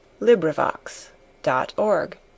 Librivox.org